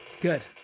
Good